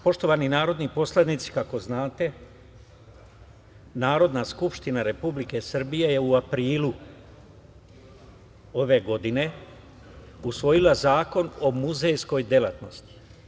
Poštovani narodni poslanici, kako znate, Narodna skupština Republike Srbije je u aprilu ove godine usvojila Zakon o muzejskoj delatnosti.